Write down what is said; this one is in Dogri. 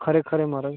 खरे खरे माराज खरे